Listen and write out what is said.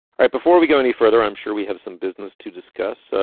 right, before we go any further, i'm sure we have some business to discuss. so,